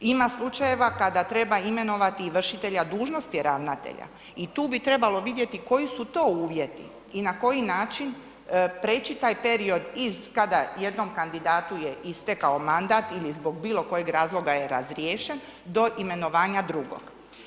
Ima slučajeva kada treba imenovati i vršitelja ravnatelja i tu bi trebalo vidjeti koji su to uvjeti i na koji način prijeći taj period iz kada je jednom kandidatu je istekao mandat ili zbog bilokojeg razloga je razriješen, do imenovanja drugog.